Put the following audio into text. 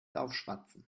aufschwatzen